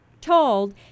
told